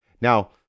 Now